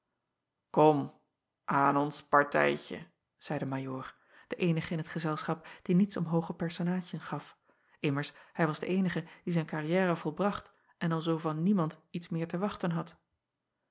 om aan ons partijtje zeî de ajoor de eenige acob van ennep laasje evenster delen in t gezelschap die niets om hooge personaadjen gaf immers hij was de eenige die zijn carrière volbracht en alzoo van niemand iets meer te wachten had